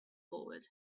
forward